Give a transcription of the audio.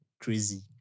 crazy